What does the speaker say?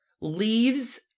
leaves